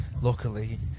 luckily